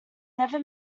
never